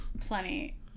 plenty